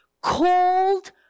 called